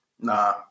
nah